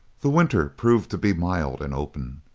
the winter proved to be mild and open,